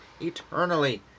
eternally